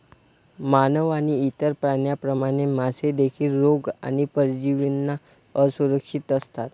मानव आणि इतर प्राण्यांप्रमाणे, मासे देखील रोग आणि परजीवींना असुरक्षित असतात